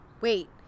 Wait